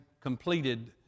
completed